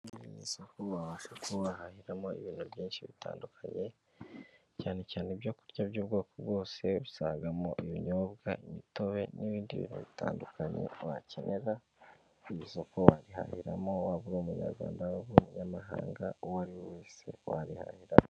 Nisoko babasha kubahahiramo ibintu byinshi bitandukanye cyane cyane ibyokurya by'ubwoko bwose usangamo ibinyobwa imitobe n'ibindi bintu bitandukanye, wakenera kugeza ubwo wabihahiramo waba uri umunyarwanda w'umunyamahanga uwo ari we wese wariharanira.